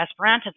Esperantism